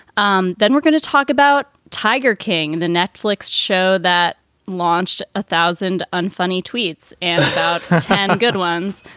um then we're going to talk about tiger king, the netflix show that launched a thousand unfunny tweets and about good ones.